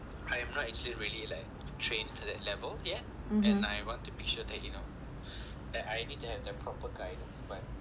mmhmm